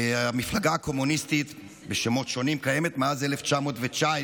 המפלגה הקומוניסטית בשמות שונים קיימת מאז 1919,